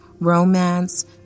romance